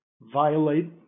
violate